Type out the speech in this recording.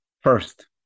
First